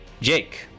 Jake